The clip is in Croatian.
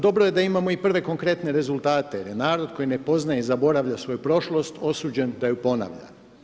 Dobro je da imamo i prve konkretne rezultate, jer narod, koji ne poznaje i zaboravlja svoju prošlost, osuđen da ju ponavlja.